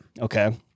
Okay